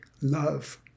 love